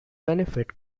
benefit